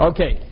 Okay